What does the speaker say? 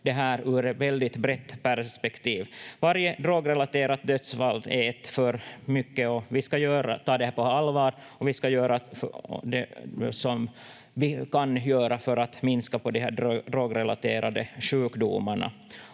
här ur ett väldigt brett perspektiv. Varje drogrelaterat dödsfall är ett för mycket, och vi ska ta det här på allvar och vi ska göra det vi kan göra för att minska på de drogrelaterade sjukdomarna.